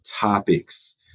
topics